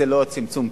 זה לא צמצום פערים.